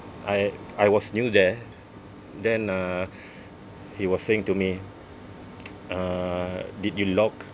I I was new there then uh he was saying to me uh did you lock